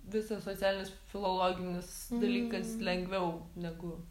visas socialinis filologinis dalykas lengviau negu